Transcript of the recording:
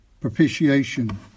propitiation